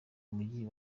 mujyi